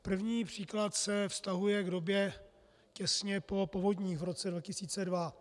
První příklad se vztahuje k době těsně po povodních v roce 2002.